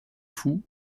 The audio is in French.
fou